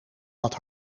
had